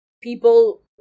people